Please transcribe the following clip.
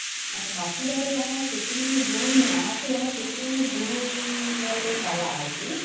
ᱵᱟᱸᱠᱩᱲᱟ ᱨᱮ ᱡᱟᱦᱟᱸ ᱥᱩᱥᱩᱱᱤᱭᱟᱹ ᱵᱩᱨᱩ ᱢᱮᱱᱟᱜᱼᱟ ᱚᱱᱟ ᱥᱩᱥᱩᱱᱤᱭᱟᱹ ᱵᱩᱨᱩ ᱧᱮᱞ ᱞᱮ ᱪᱟᱞᱟᱜᱼᱟ ᱟᱨᱠᱤ